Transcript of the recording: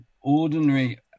ordinary